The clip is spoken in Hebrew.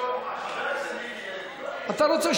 אתה רוצה,